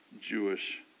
Jewish